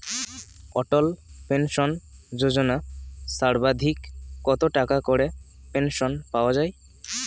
অটল pension যোজনা সর্বাধিক কত টাকা করে পেনশন পাওয়া যায়?